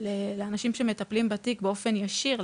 לאנשים שמטפלים בתיק באופן ישיר,